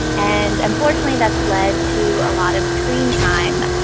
and unfortunately, that's led to a lot of screen time.